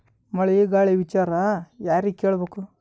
ಮಳೆ ಗಾಳಿ ವಿಚಾರ ಯಾರಿಗೆ ಕೇಳ್ ಬೇಕು?